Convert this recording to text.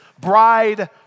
bride